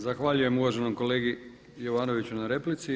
Zahvaljujem uvaženom kolegi Jovanoviću na replici.